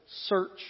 search